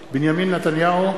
בהצבעה בנימין נתניהו,